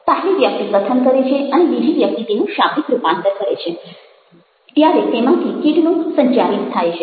પહેલી વ્યક્તિ કથન કરે છે અને બીજી વ્યક્તિ તેનું શાબ્દિક રૂપાંતર કરે છે ત્યારે તેમાંથી કેટલુંક સંચારિત થાય છે